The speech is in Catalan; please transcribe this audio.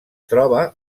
troba